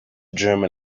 german